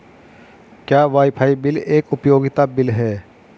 क्या WiFi bill एक उपयोगिता बिल है?